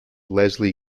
leslie